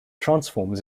transforms